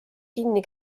kinni